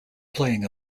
playing